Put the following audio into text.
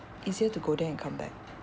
easier to go there and come back